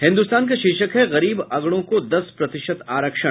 हिन्दुस्तान का शीर्षक है गरीब अगड़ों को दस प्रतिशत आरक्षण